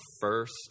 first